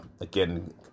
again